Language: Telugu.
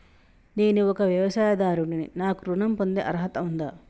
నేను ఒక వ్యవసాయదారుడిని నాకు ఋణం పొందే అర్హత ఉందా?